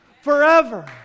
forever